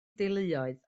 deuluoedd